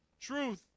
truth